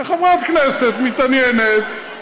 חברת כנסת מתעניינת.